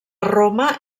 roma